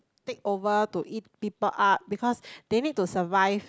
take over to eat people up because they need to survive